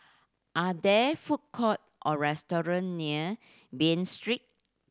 are there food court or restaurant near Bain Street